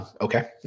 Okay